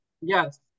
yes